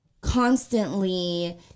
constantly